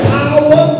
power